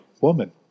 woman